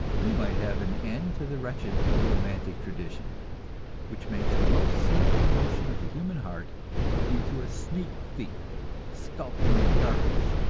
we might have an end to the wretched romantic tradition which makes the most sacred emotion of the human heart into a sneak-thief skulking in the darkness,